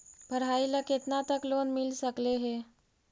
पढाई ल केतना तक लोन मिल सकले हे?